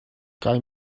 kai